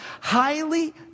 highly